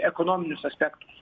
ekonominius aspektus